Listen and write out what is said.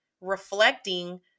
reflecting